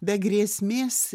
be grėsmės